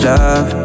Love